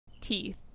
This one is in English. teeth